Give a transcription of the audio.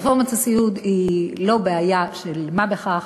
רפורמת הסיעוד היא לא בעיה של מה בכך.